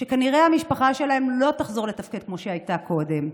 שכנראה המשפחה שלהם לא תחזור לתפקד כמו שהיא הייתה קודם,